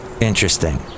Interesting